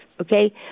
Okay